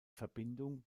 verbindung